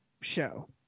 show